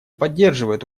поддерживает